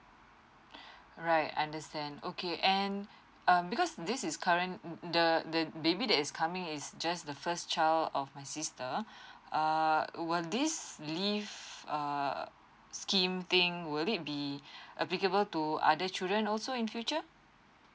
right I understand okay and um because this is current the the baby that is coming is just the first child of my sister err will this leave err scheme thing would it be applicable to other children also in future